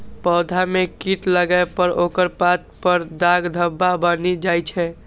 पौधा मे कीट लागै पर ओकर पात पर दाग धब्बा बनि जाइ छै